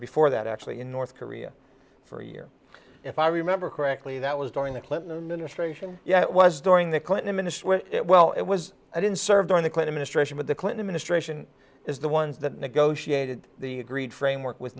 before that actually in north korea for a year if i remember correctly that was during the clinton administration yeah it was during the clinton administration well it was i didn't serve during the clinton estrangement the clinton ministration is the ones that negotiated the agreed framework with